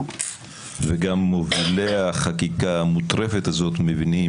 וגם מובילי החקיקה המוטרפת הזאת מבינים,